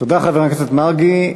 תודה, חבר הכנסת מרגי.